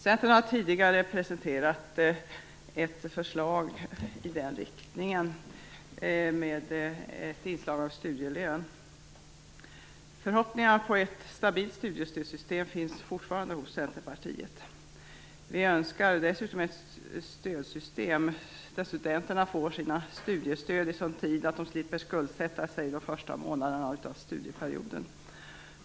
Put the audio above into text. Centern har tidigare presenterat ett förslag i den riktningen. Förhoppningarna på ett stabilt studiestödssystem finns fortfarande hos Centerpartiet. Vi önskar dessutom ett stödsystem där studenterna får sina studiestöd i sådan tid att de slipper skuldsätta sig de första månaderna av studieperioden.